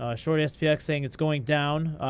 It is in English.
ah shortspx yeah saying it's going down.